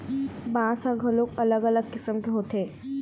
बांस ह घलोक अलग अलग किसम के होथे